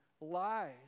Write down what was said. lies